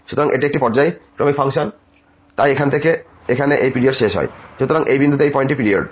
সুতরাং এটি একটি পর্যায়ক্রমিক ফাংশন তাই এখান থেকে এখানে এই পিরিয়ড শেষ হয় এই বিন্দুতে এই পয়েন্টটি একটি পিরিয়ড